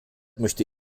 möchte